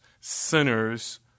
sinners